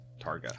Targa